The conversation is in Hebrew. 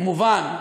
כמובן,